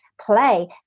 play